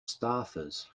staffers